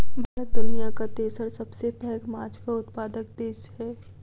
भारत दुनियाक तेसर सबसे पैघ माछक उत्पादक देस छै